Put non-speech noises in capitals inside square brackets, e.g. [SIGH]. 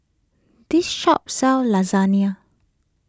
this shop sells [UNINTELLIGIBLE]